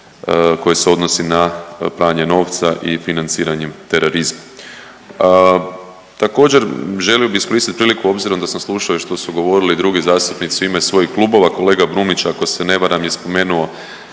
koje se odnosi na pranje novca i financiranje terorizma. Također želio bih iskoristiti priliku obzirom da sam slušao i što su govorili drugi zastupnici u ime svojih klubova. Kolega Brumnić ako se ne varam je spomenuo